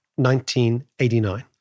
1989